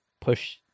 push